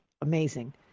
amazing